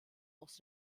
aus